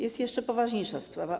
Jest jeszcze poważniejsza sprawa.